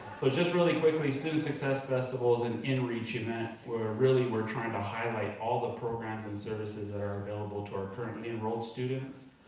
so just really quickly, student success festival is an inreach event, where really, we're trying to highlight all the programs and services that are available to our currently enrolled students.